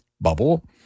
bubble